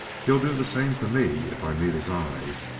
he'll do the same to me if i meet his eyes.